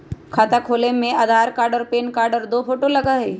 खाता खोले में आधार कार्ड और पेन कार्ड और दो फोटो लगहई?